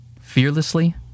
fearlessly